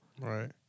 Right